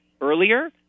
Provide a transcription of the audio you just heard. earlier